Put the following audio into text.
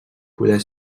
poder